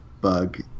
bug